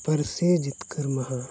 ᱯᱟᱹᱨᱥᱤ ᱡᱤᱛᱠᱟᱹᱨ ᱢᱟᱦᱟ